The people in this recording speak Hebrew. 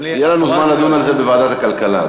יהיה לנו זמן לדון על זה בוועדת הכלכלה,